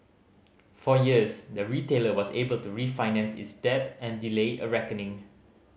for years the retailer was able to refinance its debt and delay a reckoning